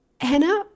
Hannah